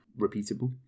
repeatable